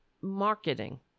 marketing